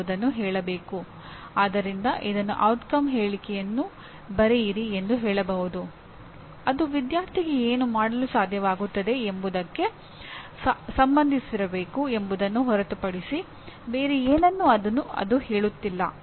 ನಂತರ ನಾವು ಪರಿಣಾಮ ಆಧಾರಿತ ಶಿಕ್ಷಣವನ್ನು ಅರ್ಥಮಾಡಿಕೊಳ್ಳಲು ನಾವು ಸಾಕಷ್ಟು ಸಮಯ ತೆಗೆದುಕೊಳ್ಳುತ್ತೇವೆ